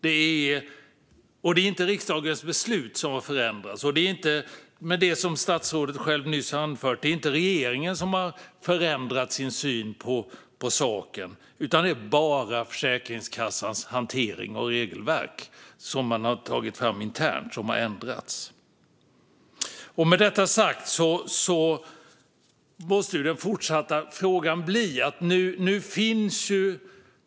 Det är inte heller riksdagens beslut som har förändrats och, som statsrådet själv nyss anförde, det är inte regeringen som har förändrat sin syn på saken, utan det är bara Försäkringskassans hantering och regelverk, som man har tagit fram internt, som har förändrats.